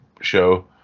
show